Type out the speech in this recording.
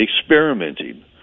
experimenting